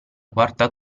quarta